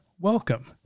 welcome